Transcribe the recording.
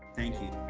thank you.